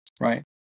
right